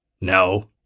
No